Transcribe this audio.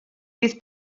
bydd